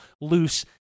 loose